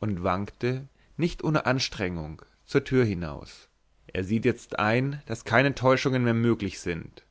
und wankte nicht ohne anstrengung zur tür hinaus er sieht jetzt ein daß keine täuschungen mehr möglich sind